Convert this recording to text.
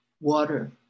water